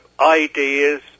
ideas